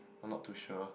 I'm not too sure